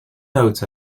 notes